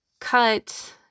cut